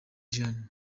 jeanne